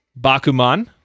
Bakuman